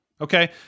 Okay